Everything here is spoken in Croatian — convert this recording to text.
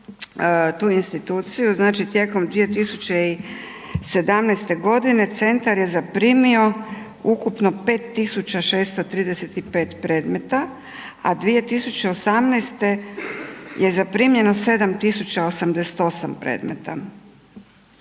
tu instituciju, znači tijekom 2017. godine centar je zaprimio ukupno 5.635 predmeta, a 2018. je zaprimljeno 7.088 predmeta.